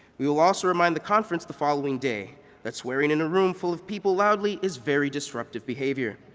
we'll also remind the conference the following day that swearing in a room full of people loudly is very disrupttive behavior.